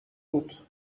بود